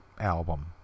album